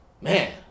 Man